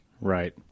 right